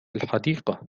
الحديقة